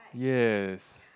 yes